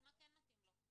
אז מה כן מתאים לו?